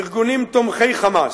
ארגונים תומכי "חמאס",